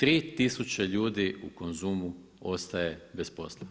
Tri tisuće ljudi u Konzumu ostaje bez posla.